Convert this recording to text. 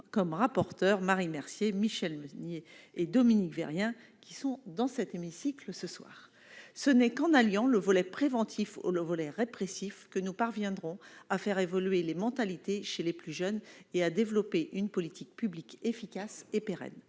comme rapporteure Marie Mercier Michel Mosnier et Dominique, rien qui sont dans cet hémicycle, ce soir, ce n'est qu'en alliant le volet préventif au le volet répressif que nous parviendrons à faire évoluer les mentalités chez les plus jeunes et à développer une politique publique efficace et pérenne